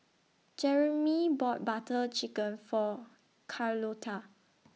Jeremey bought Butter Chicken For Carlotta